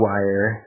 Wire